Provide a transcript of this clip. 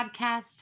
Podcast